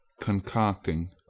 concocting